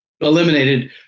eliminated